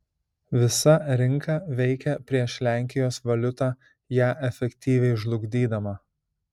visa rinka veikė prieš lenkijos valiutą ją efektyviai žlugdydama